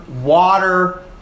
water